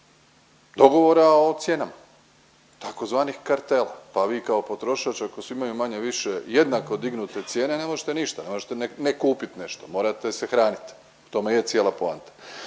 dogovora o cijenama tzv. kartela. Pa vi kao potrošač ako imaju svi manje-više jednako dignute cijene ne možete ništa, ne možete ne kupit nešto, morate se hranit u tome je cijela poanta.